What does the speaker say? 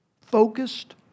focused